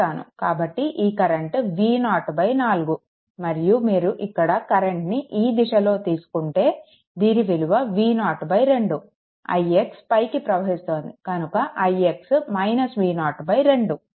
కాబట్టి ఈ current V0 4 మరియు మీరు ఇక్కడ కరెంట్ని ఈ దిశలో తీసుకుంటే దీని విలువ V0 2 ix పైకి ప్రవహిస్తోంది కనుక ix V02